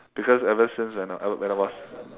because ever since when I when I was